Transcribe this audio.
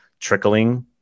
trickling